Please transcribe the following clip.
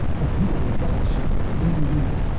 that you are rapture in root.